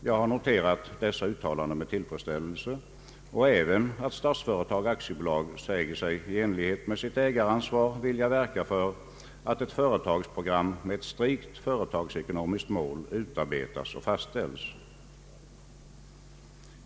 Jag har noterat dessa uttalanden med tillfredsställelse och även att Statsföretag AB säger sig i enlighet med sitt ägaransvar vilja verka för att ett företagsprogram med ett strikt företagsekonomiskt mål utarbetas och fastställes.